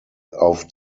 auf